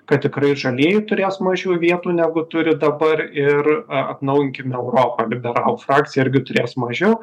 kad tikrai žalieji turės mažiau vietų negu turi dabar ir a atnaujinkim europą liberalų frakcija irgi turės mažiau